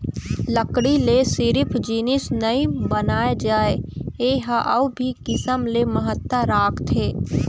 लकड़ी ले सिरिफ जिनिस नइ बनाए जाए ए ह अउ भी किसम ले महत्ता राखथे